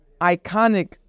iconic